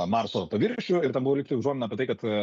marso paviršių ir ten buvo lygtai užuomina apie tai kad